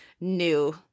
new